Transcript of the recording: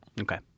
Okay